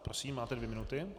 Prosím, máte dvě minuty.